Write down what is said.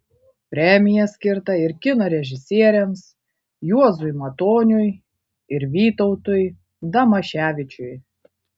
premija skirta ir kino režisieriams juozui matoniui ir vytautui damaševičiui